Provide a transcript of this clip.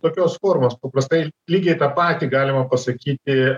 tokios formos paprastai lygiai tą patį galima pasakyti